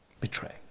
betray